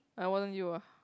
uh it wasn't you ah